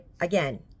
again